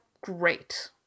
great